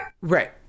Right